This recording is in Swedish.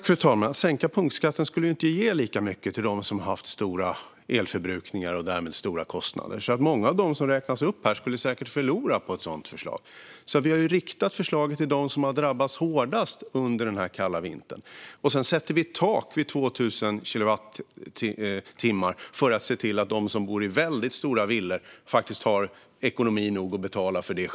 Fru talman! Att sänka punktskatten skulle inte ge lika mycket till dem som har haft stor elförbrukning och därmed stora kostnader. Alltså skulle säkert många av dem som räknas upp här förlora på ett sådant förslag. Vi har riktat förslaget till dem som har drabbats hårdast under den här kalla vintern. Sedan sätter vi ett tak vid 2 000 kilowattimmar för att se till att de som bor i väldigt stora villor faktiskt får betala själva eftersom de har ekonomi nog att göra det.